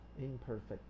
Imperfect